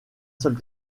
seul